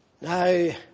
Now